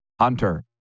Hunter